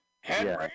Henry